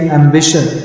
ambition